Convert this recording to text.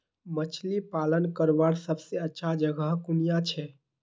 मछली पालन करवार सबसे अच्छा जगह कुनियाँ छे?